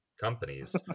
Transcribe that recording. companies